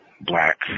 black